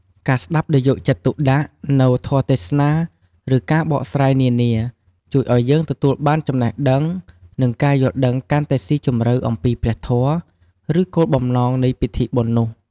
ការស្តាប់ដោយយកចិត្តទុកដាក់ នូវធម៌ទេសនា ឬការបកស្រាយនានា ជួយឲ្យយើងទទួលបានចំណេះដឹង និងការយល់ដឹងកាន់តែស៊ីជម្រៅអំពីព្រះធម៌ ឬគោលបំណងនៃពិធីបុណ្យនោះ។